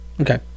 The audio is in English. Okay